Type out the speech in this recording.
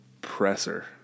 presser